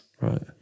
Right